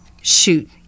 shoot